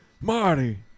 Marty